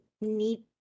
need